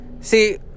See